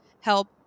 help